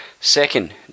Second